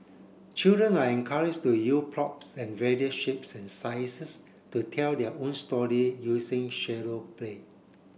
children are encouraged to props of various shapes and sizes to tell their own story using shadow play